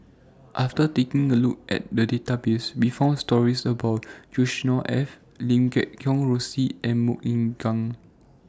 after taking A Look At The Database We found stories about Yusnor Ef Lim Guat Kheng Rosie and Mok Ying Jang